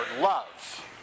love